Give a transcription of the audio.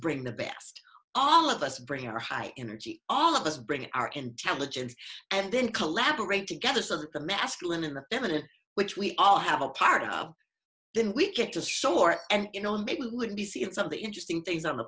bring the best all of us bring our high energy all of us bring our intelligence and then collaborate together so that the masculine and feminine which we all have a part of then we get to soar and you know maybe we would be seeing some of the interesting things on the